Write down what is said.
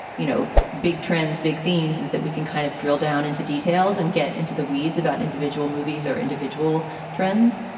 you know, big trends, big themes is that we can kind of drill down into details and get into the weeds about individual movies or individual trends.